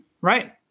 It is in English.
Right